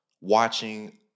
watching